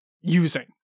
using